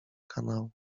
kanału